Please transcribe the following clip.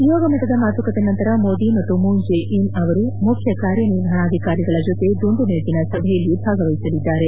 ನಿಯೋಗ ಮಟ್ಟದ ಮಾತುಕತೆ ನಂತರ ಮೋದಿ ಮತ್ತು ಮೂನ್ ಜೆ ಅವರು ಮುಖ್ಯ ಕಾರ್ಯ ನಿರ್ವಹಣಾಧಿಕಾರಿಗಳ ಜತೆ ದುಂಡು ಮೇಜಿನ ಸಭೆಯಲ್ಲಿ ಭಾಗವಹಿಸಲಿದ್ದಾರೆ